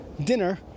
dinner